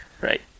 right